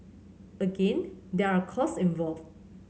again there are costs involved